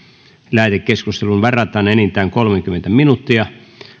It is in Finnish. lähetekeskusteluun varataan enintään kolmekymmentä minuuttia